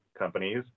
companies